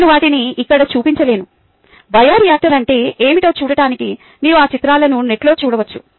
నేను వాటిని ఇక్కడ చూపించలేను బయోరియాక్టర్ అంటే ఏమిటో చూడటానికి మీరు ఆ చిత్రాలను నెట్లో చూడవచ్చు